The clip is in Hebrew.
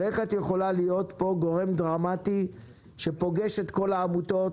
ואיך את יכולה להיות פה גורם דרמטי שפוגש את כל העמותות